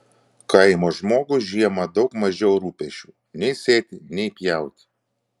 kaimo žmogui žiemą daug mažiau rūpesčių nei sėti nei pjauti